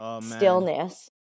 stillness